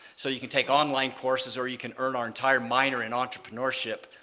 so you can take online courses, or you can earn our entire minor in entrepreneurship,